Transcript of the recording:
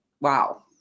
wow